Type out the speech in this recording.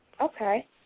Okay